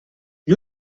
gli